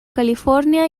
california